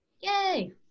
Yay